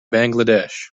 bangladesh